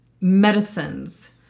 medicines